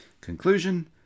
Conclusion